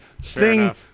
Sting